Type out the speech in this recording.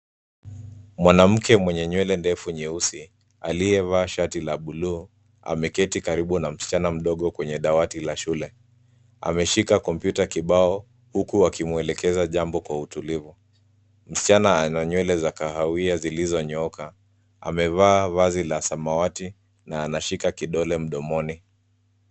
Mwanamke mwenye nywele ndefu nyeusi, aliyevaa shati la bluu, ameketi karibu na msichana mdogo kwenye dawati la shule. Ameshika kompyuta kibao, huku akimwelekeza jambo kwa utulivu. Msichana ana nywele za kahawia zilizonyooka, amevaa vazi la samawati, na anashika kidole mdomoni.